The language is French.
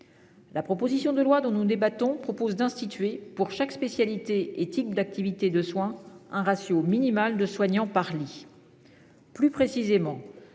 La proposition de loi dont nous débattons a pour objet d'instituer pour chaque spécialité et type d'activité de soins un ratio minimal de soignants par lit. Plus précisément,